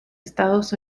estados